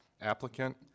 applicant